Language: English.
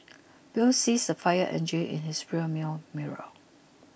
bill sees a fire engine in his rear view mirror